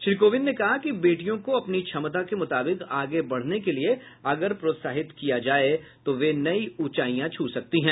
श्री कोविंद ने कहा कि बेटियों को अपनी क्षमता के मुताबिक आगे बढ़ने के लिए अगर प्रोत्साहित किया जाए तो वे नई ऊंचाईयां छू सकती हैं